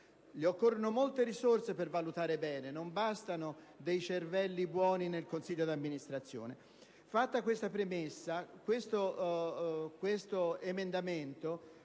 Occorrono molte risorse per valutare bene: non bastano dei cervelli buoni nel consiglio di amministrazione. Fatta questa premessa, l'emendamento